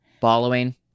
Following